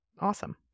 Awesome